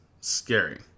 scary